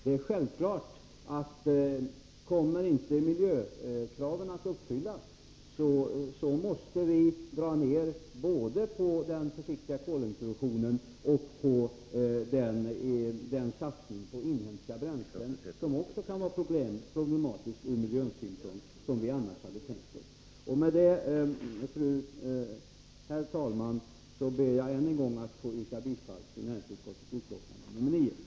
Det är självklart att kommer inte miljökraven att uppfyllas, så måste vi dra ner både på den försiktiga kolintroduktionen och på den satsning på inhemska bränslen som vi annars hade tänkt oss men som också skulle vara problematisk ur miljösynpunkt. Herr talman! Med detta ber jag än en gång att få yrka bifall till näringsutskottets hemställan i betänkande 9.